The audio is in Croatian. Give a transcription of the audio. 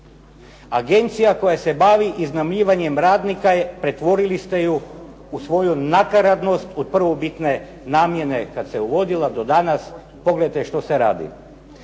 Agencija koja se bavi iznajmljivanjem radnika je, pretvorili ste ju u svoju nakaradnost od prvobitne namjene, kad se uvodila do danas, pogledajte što se radi.